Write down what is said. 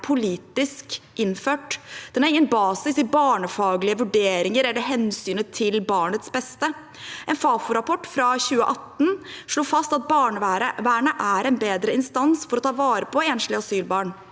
politisk innført. Det har ingen basis i barnefaglige vurderinger eller hensynet til barnets beste. En Fafo-rapport fra 2018 slo fast at barnevernet er en bedre instans for å ta vare på enslige asylbarn.